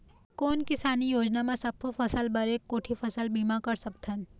कोन किसानी योजना म सबों फ़सल बर एक कोठी फ़सल बीमा कर सकथन?